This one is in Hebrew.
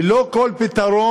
ללא כל פתרון,